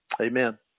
Amen